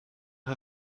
her